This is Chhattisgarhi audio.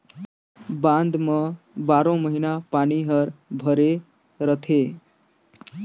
बांध म बारो महिना पानी हर भरे रथे